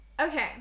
Okay